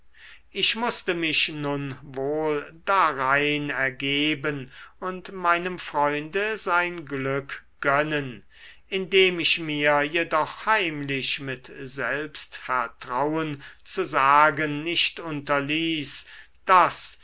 ich mußte mich nun wohl darein ergeben und meinem freunde sein glück gönnen indem ich mir jedoch heimlich mit selbstvertrauen zu sagen nicht unterließ daß